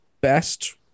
best